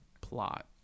plot